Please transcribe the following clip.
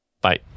bye